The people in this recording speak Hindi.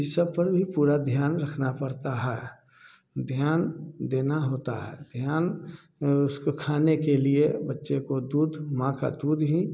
ई सब पर भी पूरा ध्यान रखना पड़ता है ध्यान देना होता है ध्यान उसको खाने के लिए बच्चे को दूध माँ का दूध ही